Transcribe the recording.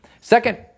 Second